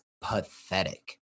pathetic